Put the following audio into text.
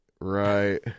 right